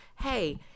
Hey